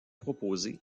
proposés